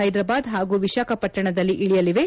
ಹೈದರಾಬಾದ್ ಹಾಗೂ ವಿಶಾಖಪಟ್ಟಣದಲ್ಲಿ ಇಳಿಯಲಿವೆ